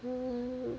mm